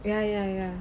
ya ya ya